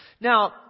Now